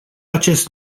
acest